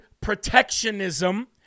protectionism